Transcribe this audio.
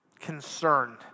concerned